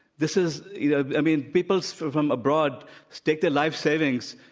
this is you know, i mean, people from abroad stake their life savings,